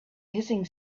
hissing